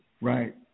Right